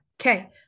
okay